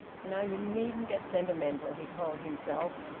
now you needn't get sentimental! he told himself.